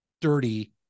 dirty